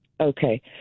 Okay